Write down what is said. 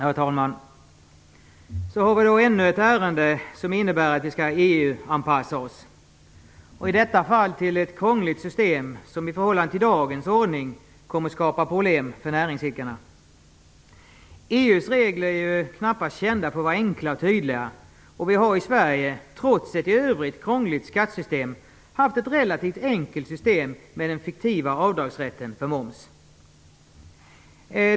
Herr talman! Så har vi då ännu ett ärende som innebär att vi skall EU-anpassa oss, i detta fall till ett krångligt system som i förhållande till dagens ordning kommer att skapa problem för näringsidkare. EU:s regler är ju knappast kända för att vara enkla och tydliga. Vi har i Sverige trots ett i övrigt krångligt skattesystem haft ett relativt enkelt system med den fiktiva avdragsrätten för moms.